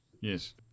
yes